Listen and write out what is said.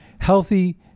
Healthy